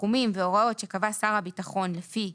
סכומים והוראות שקבע שר הביטחון לפי